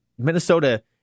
Minnesota